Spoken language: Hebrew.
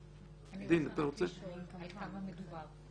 אני רוצה רק לשאול על כמה מדובר.